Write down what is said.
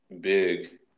Big –